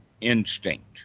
instinct